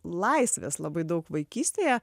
laisvės labai daug vaikystėje